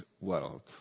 world